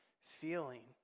feeling